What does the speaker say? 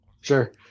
Sure